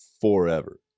forever